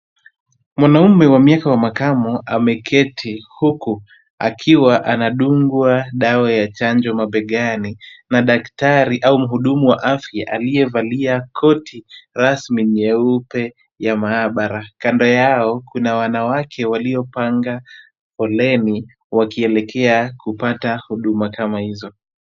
Mwanaume wa miaka wa makamo ameketi, huku akiwa anadungwa dawa ya chanjo mabegani na daktari au muhudumu wa afya aliyevalia koti rasmi nyeupe ya maabara. Kando yao kuna wanawake waliopanga foleni wakielekea kupata huduma kama hizo.